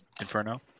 Inferno